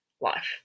life